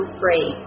free